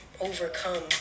overcome